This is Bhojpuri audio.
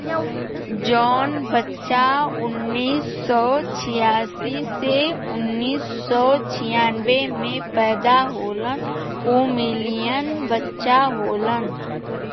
जौन बच्चन उन्नीस सौ छियासी से उन्नीस सौ छियानबे मे पैदा होलन उ मिलेनियन बच्चा होलन